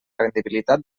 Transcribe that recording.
rendibilitat